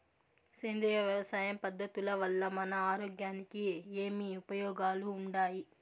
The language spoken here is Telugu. సేంద్రియ వ్యవసాయం పద్ధతుల వల్ల మన ఆరోగ్యానికి ఏమి ఉపయోగాలు వుండాయి?